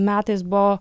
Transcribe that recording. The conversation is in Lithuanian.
metais buvo